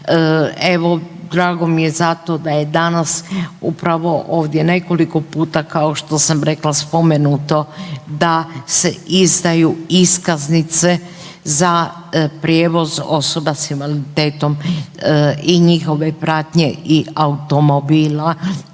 evo, drago mi je zato da je danas upravo ovdje nekoliko puta, kao što sam rekla, spomenuto da se izdaju iskaznice za prijevoz osoba s invaliditetom i njihove pratnje i automobila,